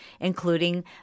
including